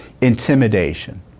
intimidation